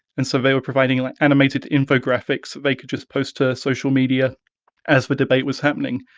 and so they were providing like animated infographics that they could just post to social media as the debate was happening.